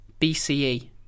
BCE